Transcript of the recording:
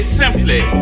simply